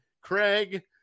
Craig